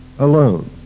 Alone